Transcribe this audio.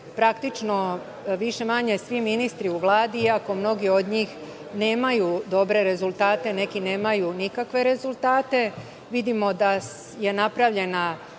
praktično više-manje svi ministri u Vladi, iako mnogi od njih nemaju dobre rezultate, nemaju nikakve rezultate. Vidimo da je napravljena